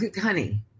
Honey